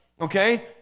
Okay